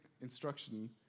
instruction